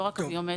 לא רק הביומטריות.